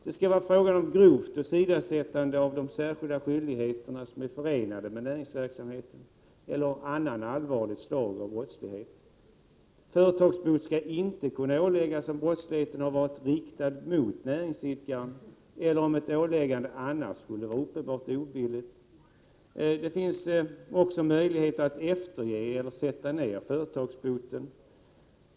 Det skall vara fråga om grovt åsidosättande av de särskilda skyldigheter som är förenade med näringsverksamheten eller annat allvarligt slag av brottslighet. Företagsbot skall inte kunna åläggas om brottsligheten har varit riktad mot näringsidkaren eller om ett åläggande annars skulle vara uppenbart obilligt. Det finns också möjligheter att efterge eller att sätta ner företagsboten.